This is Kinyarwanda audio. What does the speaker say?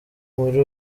muri